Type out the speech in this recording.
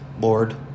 Lord